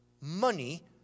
money